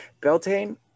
Beltane